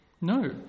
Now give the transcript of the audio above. No